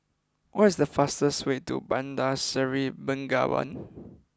what is the fastest way to Bandar Seri Begawan